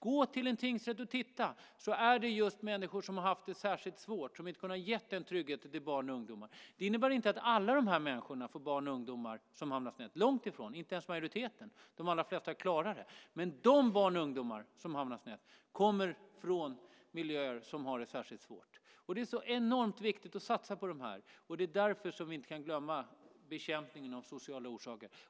Gå till en tingsrätt så ser du att det är fråga om människor som haft det särskilt svårt, som inte kunnat ge sina barn och ungdomar trygghet. Det innebär inte att alla dessa människor får barn som hamnar snett - långt därifrån; de är inte ens en majoritet. De allra flesta klarar sig. Men de barn och ungdomar som hamnar snett kommer från miljöer där det är särskilt svårt. Därför är det oerhört viktigt att satsa på dem, och därför får vi inte glömma bort bekämpningen av de sociala orsakerna.